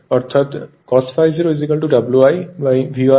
অর্থাৎ cos ∅ 0 WiV1 I0